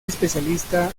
especialista